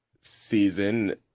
season